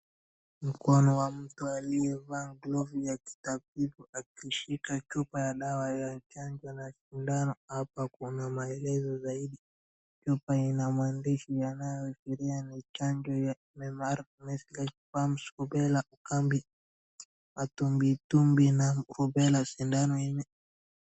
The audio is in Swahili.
Mkono wa mtu aliye vaa glove ya kitabibu akishika chupa ya dawa ya chanjo na sindano. Hapa kuna maelezo zaidi. Chupa ina maandishi yanayoelezea ni chanjo ya MMR , measles[/cs], mumps[/cs], rubella[/cs], ukambi, matumbitumbwi na rubella[/cs]. Sindano ile.